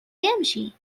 يمشي